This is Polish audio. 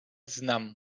znam